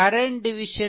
current division முறை